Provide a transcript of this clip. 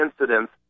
incidents